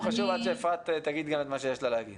אני אומרת שאני מבינה שההמלצה היא רופא מטפל בתחום הרלוונטי.